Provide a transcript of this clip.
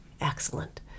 excellent